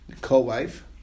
co-wife